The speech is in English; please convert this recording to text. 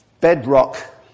bedrock